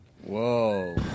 Whoa